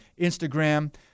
Instagram